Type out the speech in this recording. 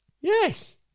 Yes